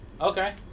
okay